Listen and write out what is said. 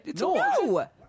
no